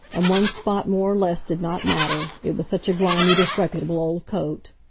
and one spot more or less did not matter it was such a grimy, disreputable old coat.